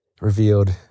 revealed